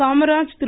Kamaraj Thiru